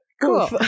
Cool